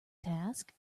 task